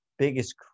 Biggest